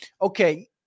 Okay